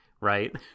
right